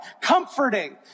comforting